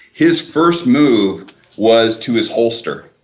his first move was to his holster,